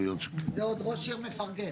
זה עוד ראש עיר מפרגן...